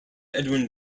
edwin